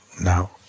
now